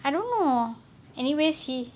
I don't know anyways he